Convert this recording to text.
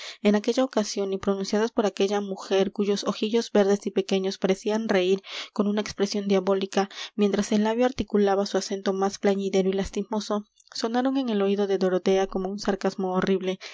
en aquella ocasión y pronunciadas por aquella mujer cuyos ojillos verdes y pequeños parecían reir con una expresión diabólica mientras el labio articulaba su acento más plañidero y lastimoso sonaron en el oído de dorotea como un sarcasmo horrible